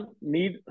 need